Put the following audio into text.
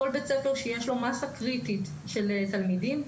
כל בית ספר שיש לו מסה קריטית של תלמידים עולים,